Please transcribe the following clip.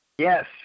Yes